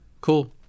cool